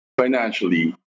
Financially